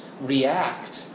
react